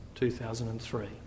2003